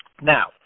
Now